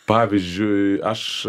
pavyzdžiui aš